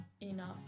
enough